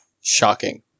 Shocking